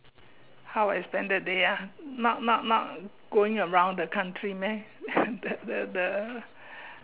how I spend the day ah not not not going around the country meh the the the